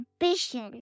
Ambition